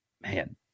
man